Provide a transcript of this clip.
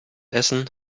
essen